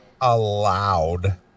allowed